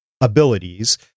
abilities